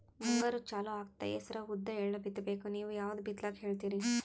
ಮುಂಗಾರು ಚಾಲು ಆಗ್ತದ ಹೆಸರ, ಉದ್ದ, ಎಳ್ಳ ಬಿತ್ತ ಬೇಕು ನೀವು ಯಾವದ ಬಿತ್ತಕ್ ಹೇಳತ್ತೀರಿ?